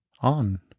On